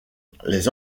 les